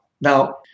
Now